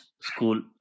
school